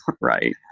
Right